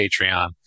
Patreon